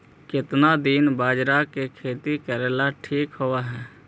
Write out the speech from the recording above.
केतना दिन बाजरा के खेती करेला ठिक होवहइ?